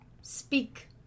Speak